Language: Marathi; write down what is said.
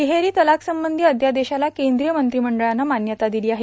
तिहेरी तलाक संबंधी अध्यादेशाला केंद्रीय मंत्रिमंडळानं माव्यता दिली आहे